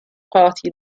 party